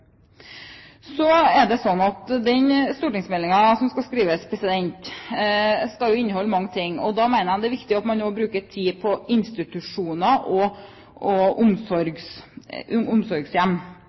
Så er det sånn at den stortingsmeldingen som skal skrives, skal inneholde mange ting. Da mener jeg det er viktig at man nå bruker tid på institusjoner og omsorgshjem. Spørsmålet vi bør diskutere når det gjelder omsorgshjemmene og